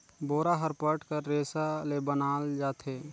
बोरा हर पट कर रेसा ले बनाल जाथे